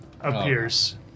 appears